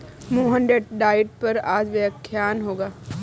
मोहन डेट डाइट पर आज व्याख्यान होगा